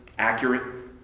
accurate